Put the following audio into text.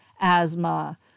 asthma